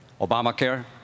Obamacare